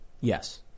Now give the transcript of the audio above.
yes